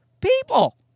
people